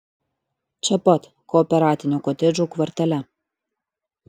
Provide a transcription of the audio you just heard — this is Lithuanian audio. čia pat kooperatinių kotedžų kvartale